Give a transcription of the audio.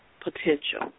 potential